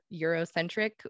eurocentric